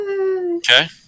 Okay